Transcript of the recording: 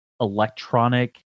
electronic